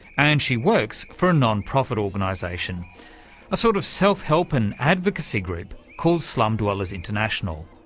and she works for a non-profit organisation a sort of self-help and advocacy group called slum-dwellers international.